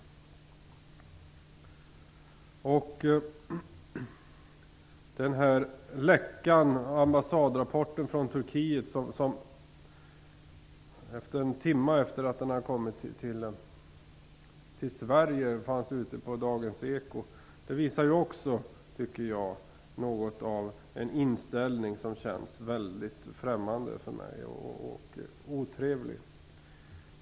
Den läcka som förekom - jag avser då den ambassadrapport från Turkiet som en timme efter det att den kom till Sverige fanns hos Dagens eko - visar på en inställning som jag upplever som väldigt främmande och otrevlig.